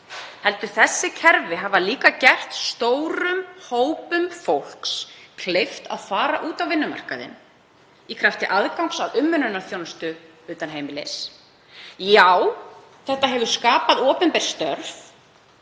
heldur hafa þessi kerfi líka gert stórum hópum fólks kleift að fara út á vinnumarkaðinn í krafti aðgangs að umönnunarþjónustu utan heimilis. Já, þetta hefur skapað opinber störf